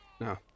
No